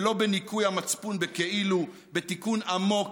ולא בניקוי המצפון בכאילו, בתיקון עמוק,